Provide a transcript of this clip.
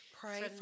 Pray